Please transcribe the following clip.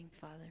Father